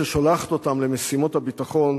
ששולחת אותם למשימות הביטחון,